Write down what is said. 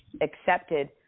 accepted